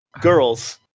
girls